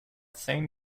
same